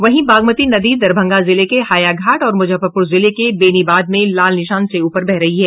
वहीं बागमती नदी दरभंगा जिले के हायाघाट और मुजफ्फरपुर जिले के बेनीबाद में लाल निशान से ऊपर बह रही है